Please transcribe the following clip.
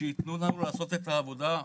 שיתנו לנו לעשות את העבודה בצפון.